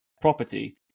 property